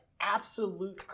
absolute